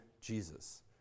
Jesus